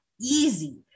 easy